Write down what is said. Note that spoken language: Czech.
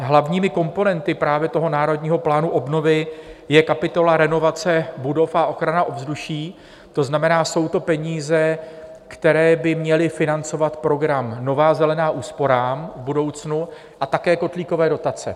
Hlavními komponenty právě Národního plánu obnovy je kapitola Renovace budov a ochrana ovzduší, to znamená, jsou to peníze, které by měly financovat program Nová zelená úsporám v budoucnu a také kotlíkové dotace.